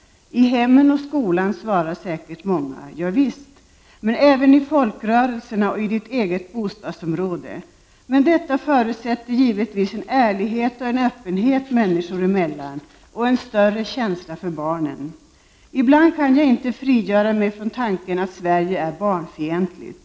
I hemmen och i skolan, svarar säkert många. Ja visst, men även i folkrörelserna och i det egna bostadsområdet. Detta förutsätter emellertid en ärlighet och en öppenhet människor emellan och en större känsla inför barnen. Ibland kan jag inte frigöra mig från tanken på att Sverige är barnfientligt.